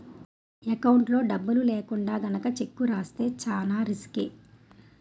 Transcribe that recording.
ఎకౌంట్లో డబ్బులు లేకుండా గనక చెక్కు రాస్తే చానా రిసుకే